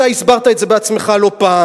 אתה הסברת את זה בעצמך לא פעם,